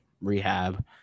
rehab